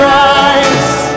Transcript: rise